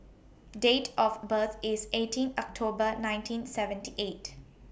Date of birth IS eighteen October nineteen seventy eight